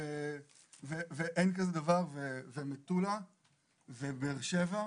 במטולה ובבאר שבע.